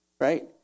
right